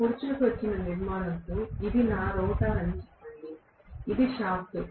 పొడుచుకు వచ్చిన నిర్మాణంతో ఇది నా రోటర్ అని చెప్పండి ఇది షాఫ్ట్